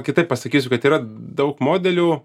kitaip pasakysiu kad yra daug modelių